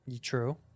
True